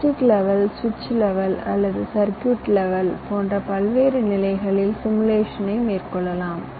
logic level சுவிட்ச் level அல்லது circuit level போன்ற பல்வேறு நிலைகளில் சிமுலேஷன் ஐ மேற்கொள்ளலாம்